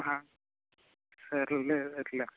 సరేలే